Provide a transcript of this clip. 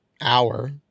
hour